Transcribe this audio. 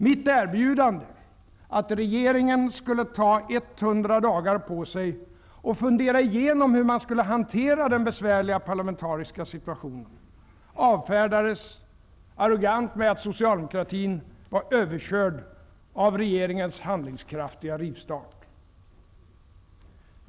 Mitt erbjudande att regeringen skulle ta 100 dagar på sig och fundera igenom hur man skulle hantera den besvärliga parlamentariska situationen avfärdades arrogant med att socialdemokratin var överkörd av regeringens handlingskraftiga rivstart.